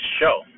show